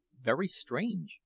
very strange!